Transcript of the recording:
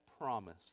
promise